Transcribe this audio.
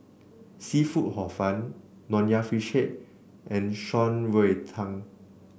seafood Hor Fun Nonya Fish Head and Shan Rui Tang